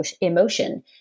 emotion